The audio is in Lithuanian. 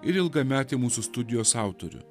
ir ilgametį mūsų studijos autorių